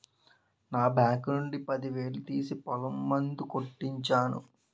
నా బాంకు నుండి పదివేలు తీసి పొలంలో మందు కొట్టించాను